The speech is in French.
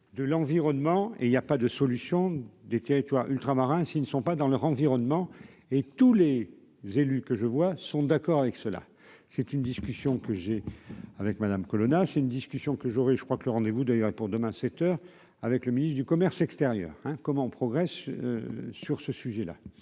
de l'environnement et il y a pas de solution des territoires ultramarins, s'ils ne sont pas dans leur environnement et tous les élus que je vois sont d'accord avec cela, c'est une discussion que j'ai avec Madame Colonna c'est une discussion que j'aurai, je crois que le rendez vous d'ailleurs pour demain 7 heures avec le ministre du commerce extérieur, hein, comment progresse sur ce sujet-là.